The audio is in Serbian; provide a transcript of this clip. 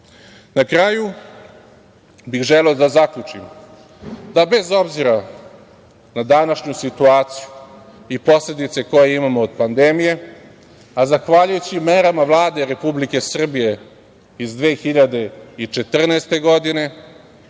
kraju bih želeo da zaključim da bez obzira na današnju situaciju i posledice koje imamo od pandemije, a zahvaljujući merama Vlade Republike Srbije iz 2014. godine